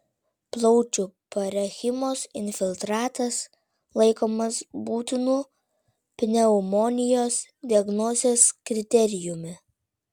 plaučių parenchimos infiltratas laikomas būtinu pneumonijos diagnozės kriterijumi